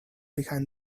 behind